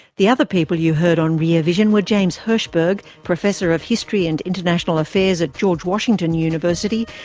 the other people you heard on rear vision were james hershberg, professor of history and international affairs at george washington university,